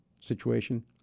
situation